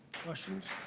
questions?